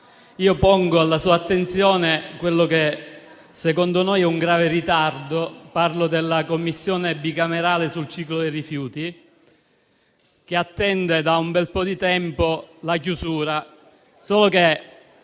porre alla sua attenzione quello che secondo noi è un grave ritardo: parlo della Commissione bicamerale sul ciclo dei rifiuti che attende da un bel po' di tempo la chiusura dei